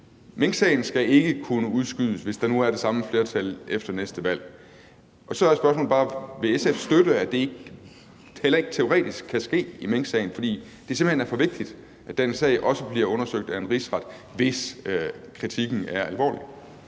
Minksagen skal ikke kunne udskydes, hvis der nu er det samme flertal efter næste valg. Så er spørgsmålet bare, om SF vil støtte, at det heller ikke teoretisk kan ske i minksagen, fordi det simpelt hen er for vigtigt, at den sag også bliver undersøgt af Rigsretten, hvis kritikken er alvorlig.